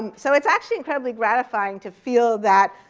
and so it's actually incredibly gratifying to feel that